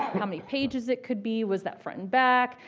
how many pages it could be, was that front and back.